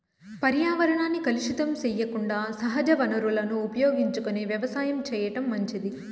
పర్యావరణాన్ని కలుషితం సెయ్యకుండా సహజ వనరులను ఉపయోగించుకొని వ్యవసాయం చేయటం మంచిది